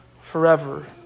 forever